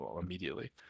immediately